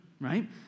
right